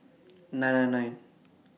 nine nine nine